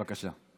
בבקשה.